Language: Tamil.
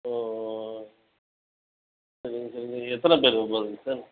ஆ சரிங்க சரிங்க எத்தனை பேரு